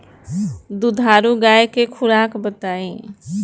दुधारू गाय के खुराक बताई?